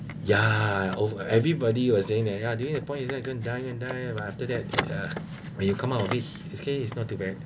yeah over everybody was saying that during that point they're going to die going to die but after that uh when you come out of it okay it's not too bad